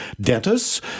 dentists